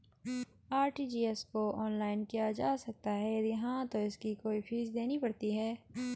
RTGS को online किया जा सकता है यदि हाँ तो इसकी कोई फीस देनी पड़ती है?